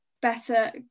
better